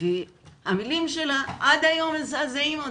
והמלים שלה עד היום מזעזעות אותי.